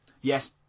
Yes